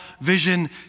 vision